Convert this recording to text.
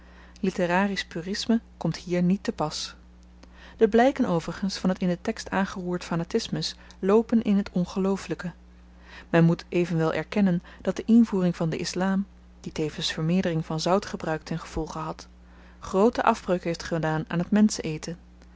litterarisch purisme komt hier niet te pas de blyken overigens van t in den tekst aangeroerd fanatismus loopen in t ongelooflyke men moet evenwel erkennen dat de invoering van den islam die tevens vermeerdering van zoutgebruik ten gevolge had grooten afbreuk heeft gedaan aan t